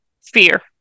fear